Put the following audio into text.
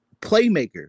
playmaker